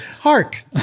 Hark